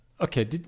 Okay